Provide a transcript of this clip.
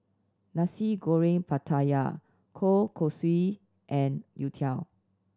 Nasi Goreng Pattaya kueh kosui and youtiao